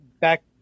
back